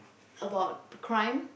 about crime